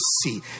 see